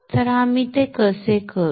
तर आम्ही ते कसे करू